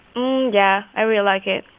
um yeah, i really like it.